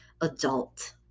adult